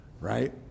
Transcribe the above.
right